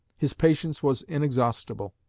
his patience was inexhaustible.